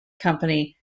company